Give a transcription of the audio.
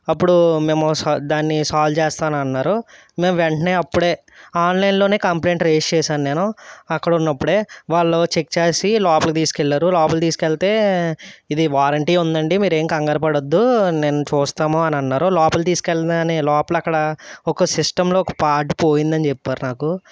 అప్పుడూ మేము దానిని సాల్వ్ చేస్తానని అన్నారు మేము వెంటనే అప్పుడే ఆన్లైన్లోనే కంప్లైంట్ రెయిజ్ చేసాను నేను అక్కడ ఉన్నప్పుడే వాళ్ళు చెక్ చేసి లోపలికి తీసుకెళ్ళారు లోపలికి తీసుకెళితే ఇది వారంటీ ఉందండి మీరు ఏం కంగారు పడవద్దు నేను చూస్తాము అని అన్నారు లోపల తీసుకెళ్ళగానే లోపల అక్కడ ఒక సిస్టంలో ఒక పార్ట్ పోయిందని చెప్పారు నాకు